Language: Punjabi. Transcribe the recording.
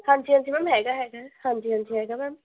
ਹਾਂਜੀ ਹਾਂਜੀ ਮੈਮ ਹੈਗਾ ਹੈਗਾ ਹਾਂਜੀ ਹਾਂਜੀ ਹੈਗਾ ਮੈਮ